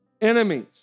enemies